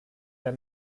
der